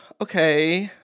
okay